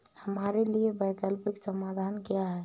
हमारे लिए वैकल्पिक समाधान क्या है?